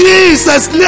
Jesus